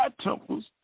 temples